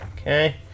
Okay